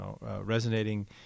resonating